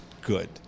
good